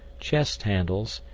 chest handles,